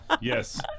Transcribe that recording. Yes